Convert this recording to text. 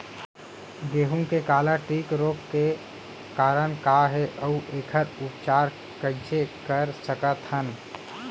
गेहूँ के काला टिक रोग के कारण का हे अऊ एखर उपचार कइसे कर सकत हन?